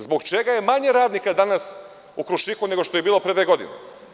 Zbog čega je manje radnika danas u „Krušiku“ nego što je bilo pre dve godine?